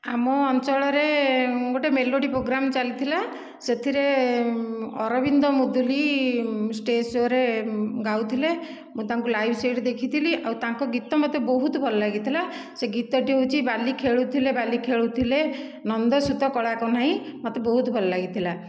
ଆମ ଅଞ୍ଚଳରେ ଗୋଟେ ମେଲୋଡି ପ୍ରୋଗ୍ରାମ୍ ଚାଲିଥିଲା ସେଥିରେ ଅରବିନ୍ଦ ମୁଦୁଲି ସ୍ଟେଜ୍ ଶୋ'ରେ ଗାଉଥିଲେ ମୁଁ ତାଙ୍କୁ ଲାଇଭ୍ ସେଇଠି ଦେଖିଥିଲି ଆଉ ତାଙ୍କ ଗୀତ ମୋତେ ବହୁତ ଭଲ ଲାଗିଥିଲା ସେ ଗୀତଟି ହେଉଛି ବାଲି ଖେଳୁଥିଲେ ବାଲି ଖେଳୁଥିଲେ ନନ୍ଦସୁତ କଳା କହ୍ନାଇ ମୋତେ ବହୁତ ଭଲ ଲାଗିଥିଲା